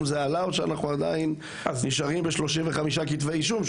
או שאנחנו עדיין נשארים ב-25 כתבי אישום?